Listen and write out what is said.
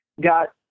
got